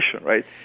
right